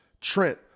trent